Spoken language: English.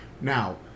Now